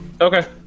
okay